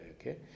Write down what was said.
okay